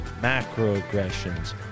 Macroaggressions